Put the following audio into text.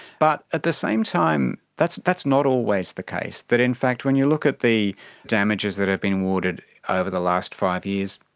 but at the same time that's that's not always the case, that in fact when you look at the damages that have been awarded over the last five years,